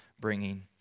bringing